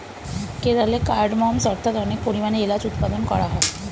কেরলে কার্ডমমস্ অর্থাৎ অনেক পরিমাণে এলাচ উৎপাদন করা হয়